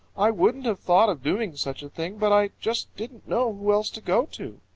i wouldn't have thought of doing such a thing, but i just didn't know who else to go to.